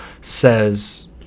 says